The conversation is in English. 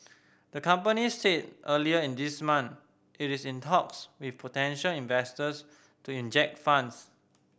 the company said earlier in this month it is in talks with potential investors to inject funds